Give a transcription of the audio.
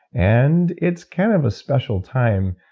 and it's kind of a special time,